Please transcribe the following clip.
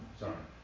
sorry